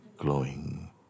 Glowing